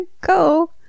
go